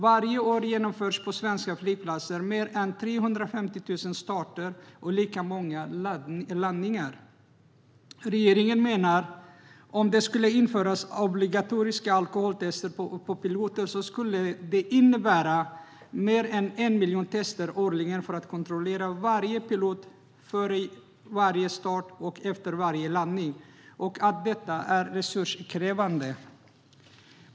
Varje år genomförs det på svenska flygplatser mer än 350 000 starter och lika många landningar. Regeringen menar att om det skulle införas obligatoriska alkoholtester på piloter skulle det innebära mer än en miljon tester årligen för att kontrollera varje pilot före varje start och efter varje landning och säger att detta är resurskrävande.